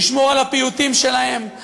נשמור על הפיוטים שלהם,